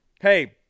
hey